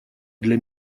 для